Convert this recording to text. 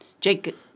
Jake